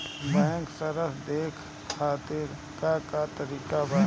Bank सराश देखे खातिर का का तरीका बा?